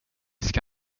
ska